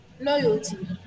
Loyalty